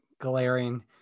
glaring